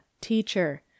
Teacher